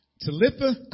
Talitha